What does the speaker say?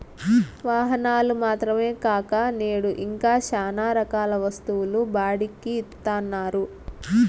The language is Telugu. వాహనాలు మాత్రమే కాక నేడు ఇంకా శ్యానా రకాల వస్తువులు బాడుక్కి ఇత్తన్నారు